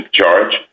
charge